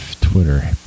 Twitter